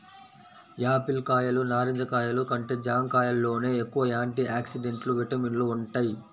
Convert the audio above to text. Apple కాయలు, నారింజ కాయలు కంటే జాంకాయల్లోనే ఎక్కువ యాంటీ ఆక్సిడెంట్లు, విటమిన్లు వుంటయ్